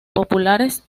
populares